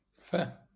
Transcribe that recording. Fair